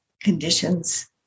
conditions